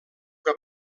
que